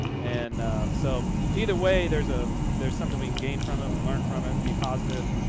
and so either way, there's ah there's something we can gain from it, we learn from it, be positive.